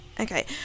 Okay